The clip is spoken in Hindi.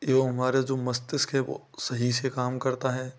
एवम हमारा जो मस्तिष्क है वह सही से काम करता है